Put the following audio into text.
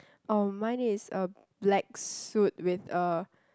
oh mine is a black suit with a